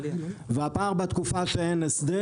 והפער בתקופה שאין הסדר